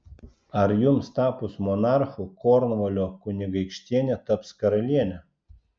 ar jums tapus monarchu kornvalio kunigaikštienė taps karaliene